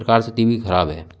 प्रकार से T V खराब है